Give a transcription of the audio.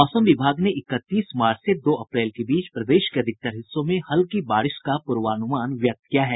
मौसम विभाग ने इकतीस मार्च से दो अप्रैल के बीच प्रदेश के अधिकतर हिस्सों में हल्की बारिश का पूर्वानुमान व्यक्त किया है